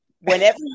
Whenever